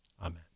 Amen